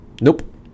Nope